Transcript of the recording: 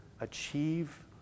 achieve